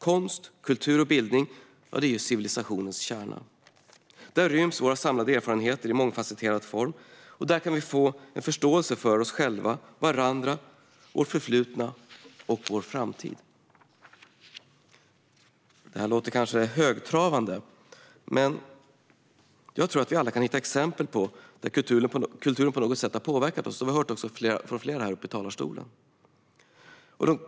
Konst, kultur och bildning är civilisationens kärna. Där ryms våra samlade erfarenheter i mångfasetterad form, och där kan vi få förståelse för oss själva, varandra, vårt förflutna och vår framtid. Det låter kanske högtravande. Men jag tror att vi alla kan hitta exempel där kulturen har påverkat oss på något sätt. Det har vi också hört från flera här i talarstolen i dag.